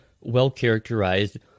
well-characterized